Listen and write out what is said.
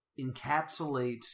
encapsulates